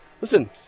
listen –